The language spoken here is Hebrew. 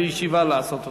בישיבה לעשות אותן.